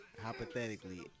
hypothetically